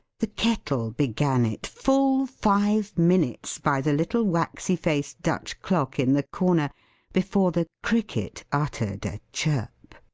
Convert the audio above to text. the kettle began it, full five minutes by the little waxy-faced dutch clock in the corner before the cricket uttered a chirp.